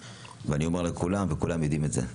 אני אומר לכולם וכולם יודעים את זה.